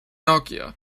nokia